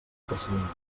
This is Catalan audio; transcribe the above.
procediments